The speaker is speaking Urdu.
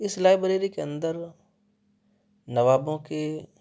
اس لائبریری کے اندر نوابوں کی